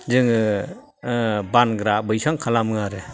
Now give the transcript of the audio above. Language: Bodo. जोङो बानग्रा बैसां खालामो आरो